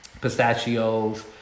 pistachios